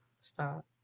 Stop